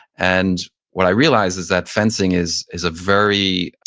and what i realize is that fencing is is a very,